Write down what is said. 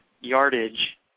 yardage